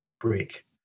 break